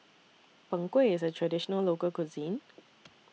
Png Kueh IS A Traditional Local Cuisine